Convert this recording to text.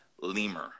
Lemur